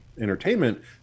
entertainment